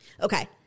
Okay